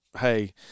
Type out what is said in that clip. hey